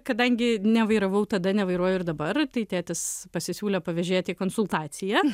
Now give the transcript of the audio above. kadangi nevairavau tada nevairuoju ir dabar tai tėtis pasisiūlė pavežėti į konsultaciją